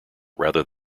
rather